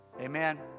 amen